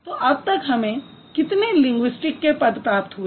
तो अब तक हमें कितने लिंगुइस्टिक के पद प्राप्त हुए